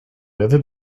ever